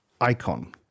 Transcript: icon